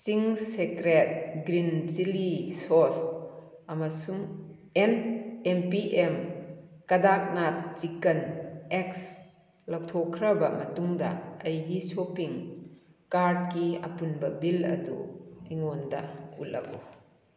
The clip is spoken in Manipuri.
Ching's secret green chilli sauce ꯑꯃꯁꯨꯡ N M P M Kadaknath chicken eggs ꯂꯧꯊꯣꯛꯈ꯭ꯔꯕ ꯃꯇꯨꯡꯗ ꯑꯩꯒꯤ ꯁꯣꯄꯤꯡ ꯀꯥꯔꯠꯀꯤ ꯑꯄꯨꯟꯕ ꯕꯤꯜ ꯑꯗꯨ ꯑꯩꯉꯣꯟꯗ ꯎꯠꯂꯛꯎ